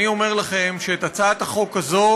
אני אומר לכם שאת הצעת החוק הזו